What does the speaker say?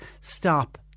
stop